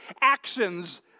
actions